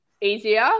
easier